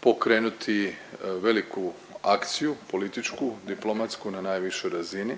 pokrenuti veliku akciju političku, diplomatsku na najvišoj razini.